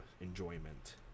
enjoyment